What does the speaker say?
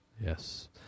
Yes